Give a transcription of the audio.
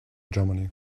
germany